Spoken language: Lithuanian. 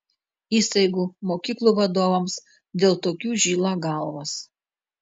įstaigų mokyklų vadovams dėl tokių žyla galvos